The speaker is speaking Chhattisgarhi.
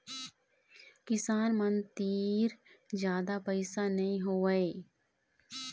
किसान मन तीर जादा पइसा नइ होवय